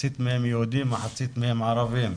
מחצית מהם יהודים ומחצית מהם ערבים,